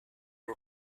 are